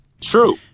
True